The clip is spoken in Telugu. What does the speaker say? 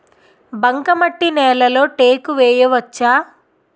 బంకమట్టి నేలలో టేకు వేయవచ్చా?